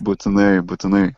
būtinai būtinai